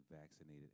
vaccinated